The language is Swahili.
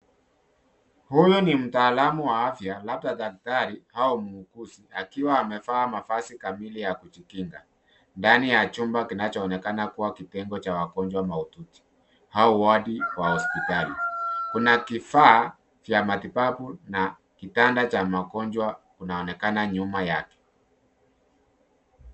Huyu ni mtaalamu wa afya labda daktari au muuguzi akiwa amevaa mavazi kamili ya kujikinga ndani ya chumaba kinachoonekana kuwa cha wagonjwa maututi au wadi wa hospitali, kuna kifaa cha matibabu na kitanda cha magonjwa inaonekana nyuma yake.